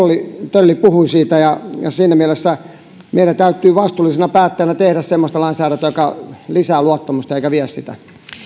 tölli puhui siinä mielessä meidän täytyy vastuullisina päättäjinä tehdä semmoista lainsäädäntöä joka lisää luottamusta eikä vie sitä